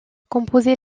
composé